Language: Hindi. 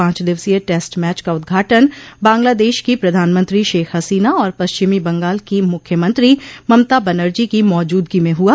पांच दिवसीय टैस्ट मैच का उद्घाटन बांग्लादेश की प्रधानमंत्री शेख हसीना और पश्चिमी बंगाल की मुख्यमंत्री ममता बनर्जी की मौजूदगी में हुआ